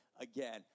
again